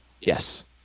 Yes